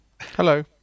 Hello